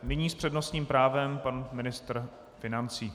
Nyní s přednostním právem pan ministr financí.